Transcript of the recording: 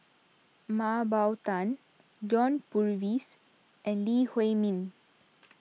Mah Bow Tan John Purvis and Lee Huei Min